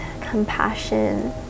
compassion